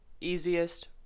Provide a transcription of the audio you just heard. easiest